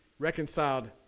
Reconciled